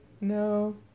No